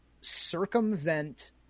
circumvent